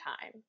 time